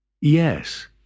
Yes